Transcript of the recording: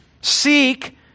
Seek